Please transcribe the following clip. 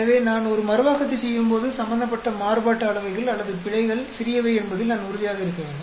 எனவே நான் ஒரு மறுவாக்கத்தைச் செய்யும்போது சம்பந்தப்பட்ட மாறுபாட்டு அளவைகள் அல்லது பிழைகள் சிறியவை என்பதில் நான் உறுதியாக இருக்க வேண்டும்